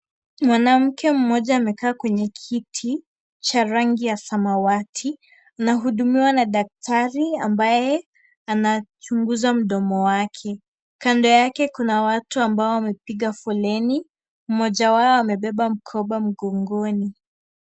Mwanamke mmoja amekaa kwenye kiti cha rangi ya samawati anahudumiwa na daktari ambaye anachunguza mdomo wake. Kando yake kuna watu ambao wamepiga foleni, mmoja wao amebeba mkononi .